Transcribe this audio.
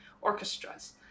orchestras